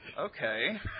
okay